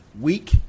week